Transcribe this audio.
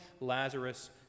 Lazarus